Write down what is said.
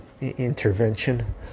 intervention